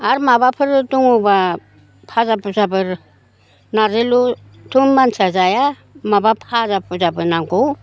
आरो माबाफोर दङ'बा फाजा फुजाफोर नारजिल'थ' मानसिया जाया माबा फाजा फुजाबो नांगौ